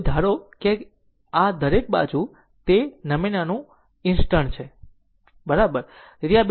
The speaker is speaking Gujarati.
હવે ધારો કે આ દરેક જે તે નમૂનાનું ઇન્સ્ટન્ટ છે તે પણ હવે કહે છે ખરું